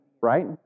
right